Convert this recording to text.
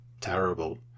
terrible